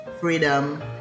freedom